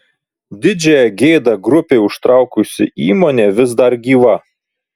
didžiąją gėdą grupei užtraukusi įmonė vis dar gyva